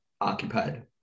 occupied